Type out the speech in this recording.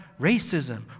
racism